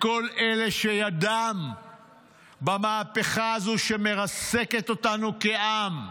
ולכל אלה שידם במהפכה הזו, שמרסקת אותנו כעם.